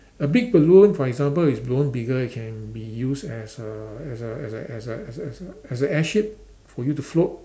a big balloon for example if it's blown bigger it can be used as a as a as a as a as a as a as a airship for you to float